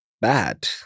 bad